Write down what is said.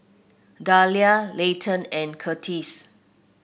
Dalia Leighton and Curtis